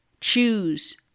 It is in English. choose